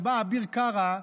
כשאביר קארה,